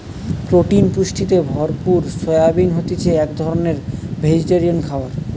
protein পুষ্টিতে ভরপুর soybean হতিছে এক ধরণকার ভেজিটেরিয়ান খাবার